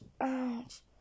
Ouch